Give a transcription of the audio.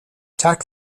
tack